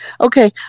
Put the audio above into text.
Okay